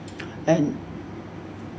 and